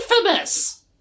infamous